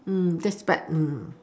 mm that's bad mm